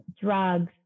drugs